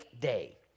day